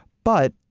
but